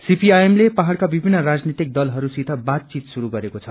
CPIM ले पहाड़का विभिन्न राजनैतिक दलहरूसित बातचित शुरू गरेको छ